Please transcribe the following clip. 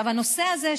הנושא הזה,